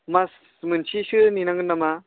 मास मोनसेसो नेनांगोन नामा